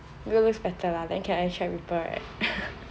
we always better lah then can attract people right